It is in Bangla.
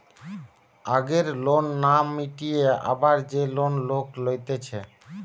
আগের লোন না মিটিয়ে আবার যে লোন লোক লইতেছে